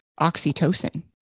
oxytocin